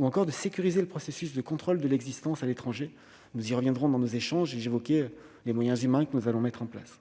la sécurisation, de même, du processus de contrôle de l'existence à l'étranger- nous y reviendrons dans nos échanges, j'ai évoqué les moyens humains que nous allons mettre en place